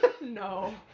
No